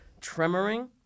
tremoring